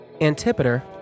Antipater